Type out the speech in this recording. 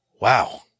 Wow